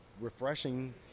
refreshing